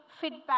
feedback